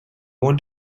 want